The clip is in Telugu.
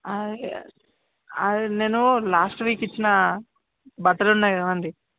అది నేను లాస్ట్ వీక్ ఇచ్చిన బట్టలు ఉన్నాయిగా ఆంటీ